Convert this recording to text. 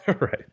Right